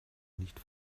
nicht